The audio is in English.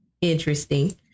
interesting